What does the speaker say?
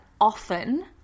often